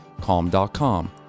calm.com